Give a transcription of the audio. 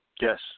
Yes